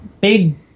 big